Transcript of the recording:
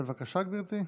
בבקשה, גברתי.